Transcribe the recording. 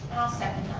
i'll second